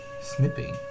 snippy